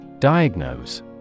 Diagnose